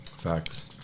Facts